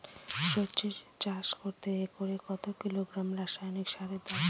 সরষে চাষ করতে একরে কত কিলোগ্রাম রাসায়নি সারের দরকার?